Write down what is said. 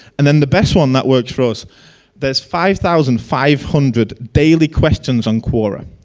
and then the best one that works for us there's five thousand five hundred daily questions on quora.